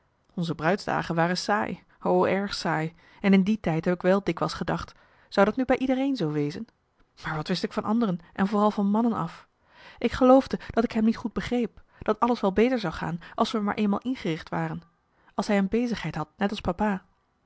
onze bruidsdagen waren saai o erg saai en in die tijd heb ik wel dikwijls gedacht zou dat nu bij iedereen zoo wezen maar wat wist ik van anderen en vooral van mannen af ik geloofde dat ik hem niet goed begreep dat alles wel beter zou gaan als we maar eenmaal ingericht waren als hij een bezigheid had net als papa